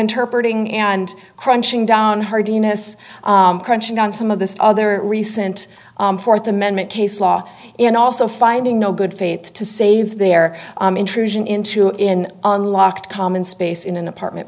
interpret ing and crunching down hardiness crunching on some of this other recent fourth amendment case law and also finding no good faith to save their intrusion into in unlocked common space in an apartment